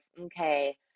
okay